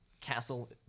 castle